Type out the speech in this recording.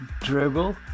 dribble